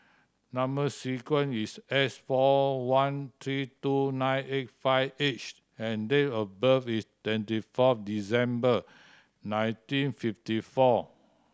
number sequence is S four one three two nine eight five H and date of birth is twenty four December nineteen fifty four